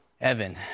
Evan